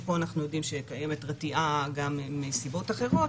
שפה אנחנו יודעים שקיימת רתיעה גם מסיבות אחרות,